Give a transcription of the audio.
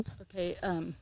Okay